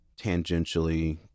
tangentially